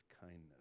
kindness